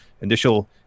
initial